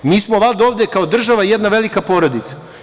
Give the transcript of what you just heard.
Mi smo valjda ovde kao država jedna velika porodica.